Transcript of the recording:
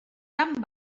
tan